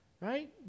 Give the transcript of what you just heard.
Right